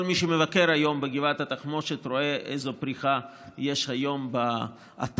כל מי שמבקר היום בגבעת התחמושת רואה איזה פריחה יש היום באתר,